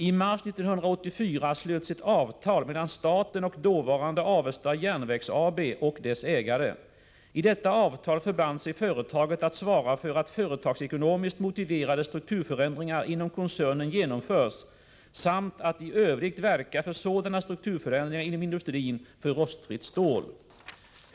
I mars 1984 slöts ett avtal mellan staten och dåvarande Avesta Jernverks AB och dess ägare. I detta avtal förband sig företaget att svara för att företagsekonomiskt motiverade strukturförändringar inom koncernen genomförs samt att i övrigt verka för sådana strukturförändringar inom industrin för rostfritt stål.